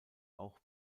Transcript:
auch